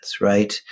right